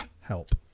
help